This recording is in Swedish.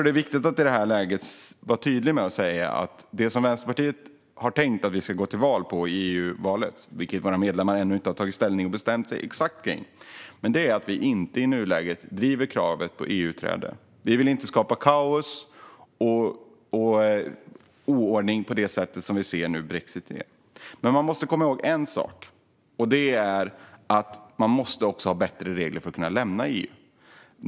Det är viktigt att i det här läget vara tydlig med att säga att det som Vänsterpartiet har tänkt att vi ska gå till val på i EU-valet - vilket våra medlemmar ännu inte har tagit ställning till och bestämt sig exakt för - är att vi i nuläget inte driver kravet på EU-utträde. Vi vill inte skapa kaos och oordning på det sätt vi nu ser med brexit. Man måste komma ihåg en sak. Det är att man måste ha bättre regler för att kunna lämna EU.